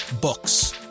Books